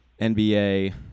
NBA